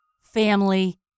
family